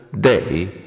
day